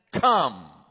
Come